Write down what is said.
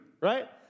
right